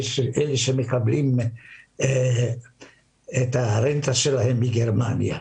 אלה שמקבלים את הרנטה שלהם מגרמניה.